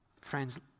Friends